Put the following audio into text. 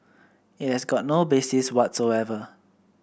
it has got no basis whatsoever